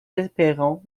éperons